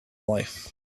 life